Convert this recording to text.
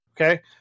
Okay